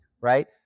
right